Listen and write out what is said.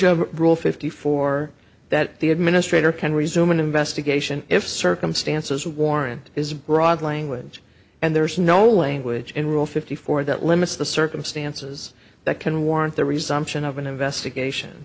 of rule fifty four that the administrator can resume an investigation if circumstances warrant is broad language and there's no language in rule fifty four that limits the circumstances that can warrant the resumption of an investigation